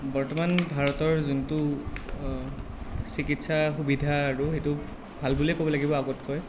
বৰ্তমান ভাৰতৰ যোনটো চিকিৎসাৰ সুবিধা আৰু সেইটো ভাল বুলিয়েই ক'ব লাগিব আগতকৈ